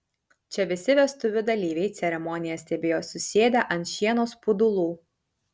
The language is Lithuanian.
čia visi vestuvių dalyviai ceremoniją stebėjo susėdę ant šieno spudulų